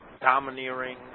Domineering